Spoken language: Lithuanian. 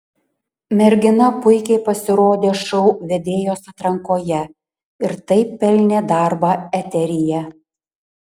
mergina puikiai pasirodė šou vedėjos atrankoje ir taip pelnė darbą eteryje